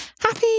Happy